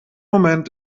moment